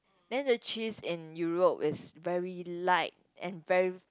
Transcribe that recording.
then the cheese in Europe is very light and very